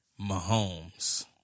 Mahomes